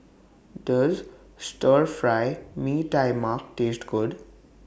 Does Stir Fry Mee Tai Mak Taste Good